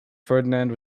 ferdinand